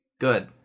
good